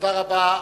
תודה רבה.